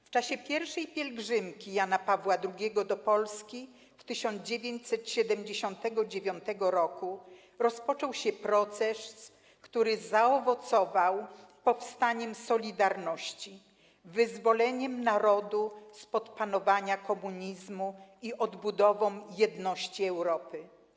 W czasie pierwszej pielgrzymki Jana Pawła II do Polski w 1979 roku rozpoczął się proces, który zaowocował powstaniem 'Solidarności', wyzwoleniem narodu spod panowania komunizmu i odbudową jedności Europy.